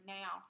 now